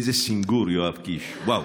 איזה סנגור יואב קיש, וואו,